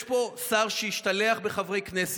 יש פה שר שהשתלח בחברי כנסת.